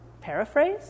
paraphrase